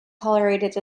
tolerated